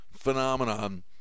phenomenon